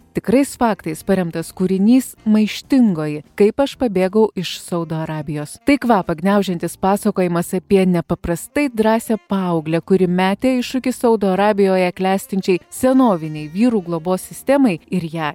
tikrais faktais paremtas kūrinys maištingoji kaip aš pabėgau iš saudo arabijos tai kvapą gniaužiantis pasakojimas apie nepaprastai drąsią paauglę kuri metė iššūkį saudo arabijoje klestinčiai senovinei vyrų globos sistemai ir ją